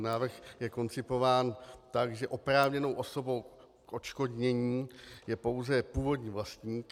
Návrh je koncipován tak, že oprávněnou osobou k odškodnění je pouze původní vlastník.